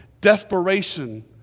desperation